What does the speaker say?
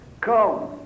come